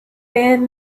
been